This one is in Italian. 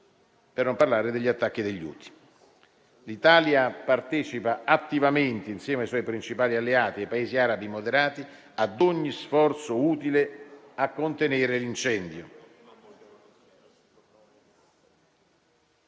per non parlare degli attacchi degli Houthi. L'Italia partecipa attivamente, insieme ai suoi principali alleati e ai Paesi arabi moderati, ad ogni sforzo utile a contenere l'incendio.